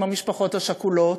עם המשפחות השכולות,